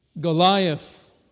Goliath